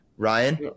Ryan